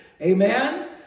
amen